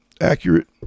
accurate